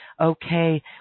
Okay